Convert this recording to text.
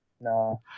No